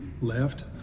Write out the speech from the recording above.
left